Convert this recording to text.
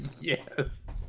Yes